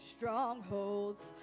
Strongholds